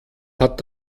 hat